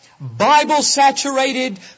Bible-saturated